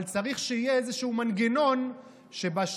אבל צריך שיהיה איזשהו מנגנון שבשנתיים,